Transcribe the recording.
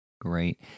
Great